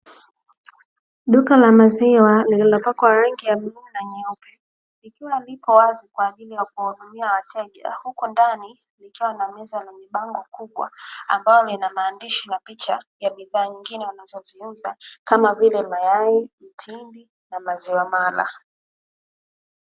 Duka la maziwa lililopakwa rangi ya bluu na nyeupe, likiwa lipo wazi kwa aili ya kuwahudumia wateja. Huku ndani ikiwa na meza na mibango kubwa, ambayo ina maandishi na picha ya bidhaa nyingine wanazoziuza kama vile mayai, mtindi na maziwa mana.